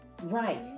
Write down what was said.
right